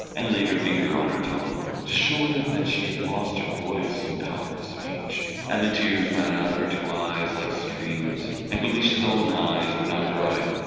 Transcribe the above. and laid her finger on her tongue, to show him that she had lost her voice and power of speech, and the tears ran out of her two eyes like streams, and guleesh's own eyes were not dry,